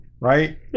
right